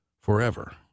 forever